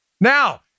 Now